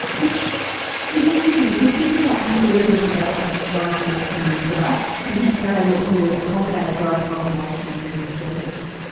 which is interesting, if we think about new urban developments rising up from the dust in australia to accommodate a growing population in urban centres,